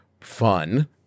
fun